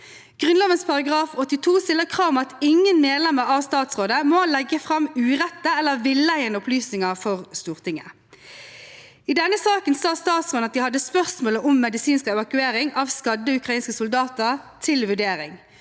Grunnloven § 82 stiller krav om at «ingen medlemmer av statsrådet må leggje fram urette eller villeiande opplysningar for Stortinget». I denne saken sa statsråden at de hadde spørsmålet om medisinsk evakuering av skadde ukrainske soldater «til vurdering»,